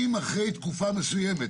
אם אחרי תקופה מסוימת,